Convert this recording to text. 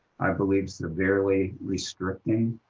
i believe severely restricting